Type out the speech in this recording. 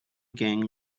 gang